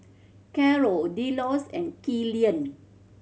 Caro Delos and Killian